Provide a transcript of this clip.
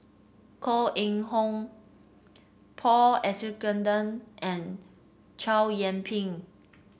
Koh Eng Hoon Paul Abisheganaden and Chow Yian Ping